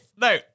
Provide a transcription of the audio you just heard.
no